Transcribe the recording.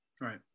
Right